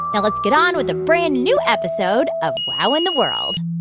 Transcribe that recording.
now let's get on with a brand-new episode of wow in the world